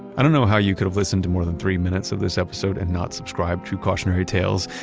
i don't know how you could have listened to more than three minutes of this episode and not subscribe to cautionary tales,